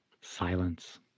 Silence